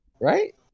Right